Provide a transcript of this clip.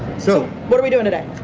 so what are we doing today?